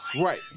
Right